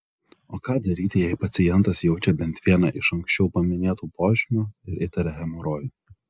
o ką daryti jei pacientas jaučia bent vieną iš anksčiau paminėtų požymių ir įtaria hemorojų